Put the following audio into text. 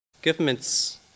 Governments